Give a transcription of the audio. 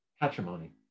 patrimony